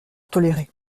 tolérer